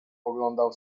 oglądał